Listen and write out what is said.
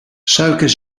suiker